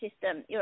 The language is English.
system